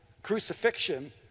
crucifixion